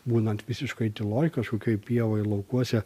būnant visiškoj tyloj kažkokioj pievoj laukuose